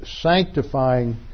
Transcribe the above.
sanctifying